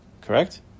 Correct